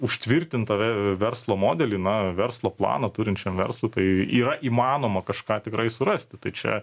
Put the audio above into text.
užtvirtintą ve verslo modelį na verslo planą turinčiam verslui tai yra įmanoma kažką tikrai surasti tai čia